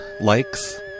likes